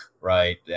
right